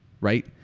right